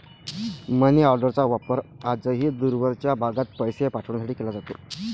मनीऑर्डरचा वापर आजही दूरवरच्या भागात पैसे पाठवण्यासाठी केला जातो